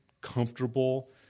comfortable